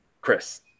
Chris